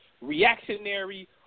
reactionary